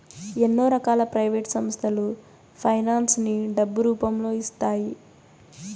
ఎన్నో రకాల ప్రైవేట్ సంస్థలు ఫైనాన్స్ ని డబ్బు రూపంలో ఇస్తాయి